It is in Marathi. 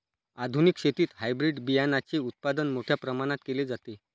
आधुनिक शेतीत हायब्रिड बियाणाचे उत्पादन मोठ्या प्रमाणात केले जाते